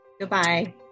Goodbye